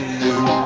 new